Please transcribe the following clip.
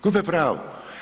Gube pravo.